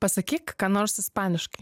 pasakyk ką nors ispaniškai